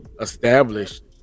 Established